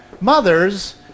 mothers